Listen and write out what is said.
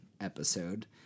episode